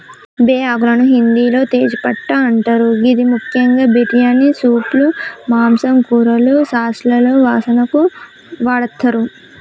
బేఆకులను హిందిలో తేజ్ పట్టా అంటరు గిది ముఖ్యంగా బిర్యానీ, సూప్లు, మాంసం, కూరలు, సాస్లలో వాసనకు వాడతరు